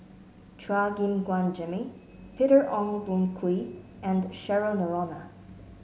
Chua Gim Guan Jimmy Peter Ong Boon Kwee and Cheryl Noronha